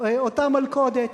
אותה מלכודת.